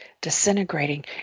disintegrating